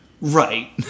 Right